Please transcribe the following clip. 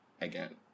again